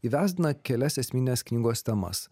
įvesdina kelias esmines knygos temas